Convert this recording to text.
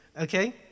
Okay